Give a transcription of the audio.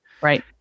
Right